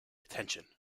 attention